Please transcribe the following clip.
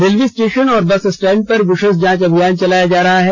railway station और bus stand पर विशेष जांच अभियान चलाया जा रहा है